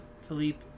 Philippe